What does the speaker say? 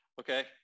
okay